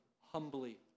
humbly